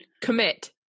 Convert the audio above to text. Commit